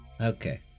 Okay